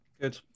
good